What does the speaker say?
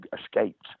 escaped